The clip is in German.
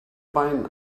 bein